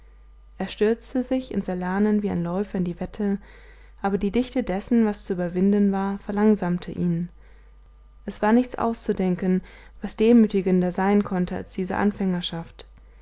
er stürzte sich ins erlernen wie ein läufer in die wette aber die dichte dessen was zu überwinden war verlangsamte ihn es war nichts auszudenken was demütigender sein konnte als diese anfängerschaft